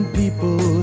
people